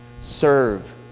serve